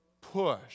push